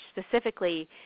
specifically